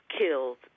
killed